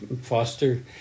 Foster